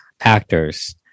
actors